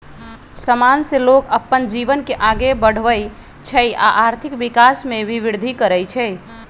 समान से लोग अप्पन जीवन के आगे बढ़वई छई आ आर्थिक विकास में भी विर्धि करई छई